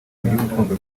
iby’urukundo